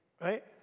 right